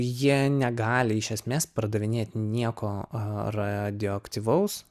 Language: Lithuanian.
jie negali iš esmės pardavinėt nieko radioaktyvaus